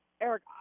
Eric